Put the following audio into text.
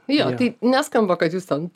jo tai neskamba kad jūs ten